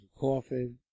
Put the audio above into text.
coffin